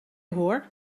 hoor